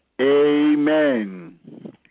Amen